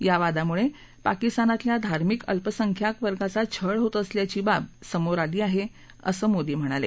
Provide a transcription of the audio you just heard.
या वादामुळे पाकिस्तानातल्या धार्मिक अल्पसंख्याक वर्गाचा छळ होत असल्याची बाब समोर आली आहे असं मोदी यांनी सांगितलं